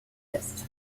est